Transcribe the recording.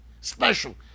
special